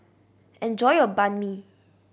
enjoy your Banh Mi